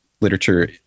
literature